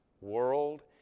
world